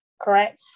Correct